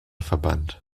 verbannt